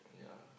yeah